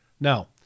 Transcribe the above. Now